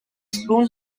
spoon